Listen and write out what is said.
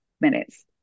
minutes